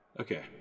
Okay